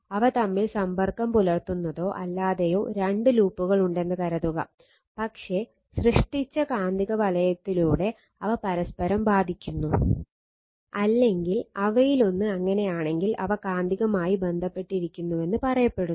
അവ തമ്മിൽ സമ്പർക്കം പുലർത്തുന്നതോ അല്ലാതെയോ രണ്ട് ലൂപ്പുകൾ ഉണ്ടെന്ന് കരുതുക പക്ഷേ സൃഷ്ടിച്ച കാന്തികവലയത്തിലൂടെ അവ പരസ്പരം ബാധിക്കുന്നു അല്ലെങ്കിൽ അവയിലൊന്ന് അങ്ങനെയാണെങ്കിൽ അവ കാന്തികമായി ബന്ധപ്പെട്ടിരിക്കുന്നുവെന്ന് പറയപ്പെടുന്നു